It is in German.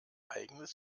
eigenes